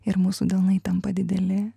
ir mūsų delnai tampa dideli